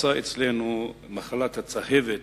פרצה אצלנו מחלת הצהבת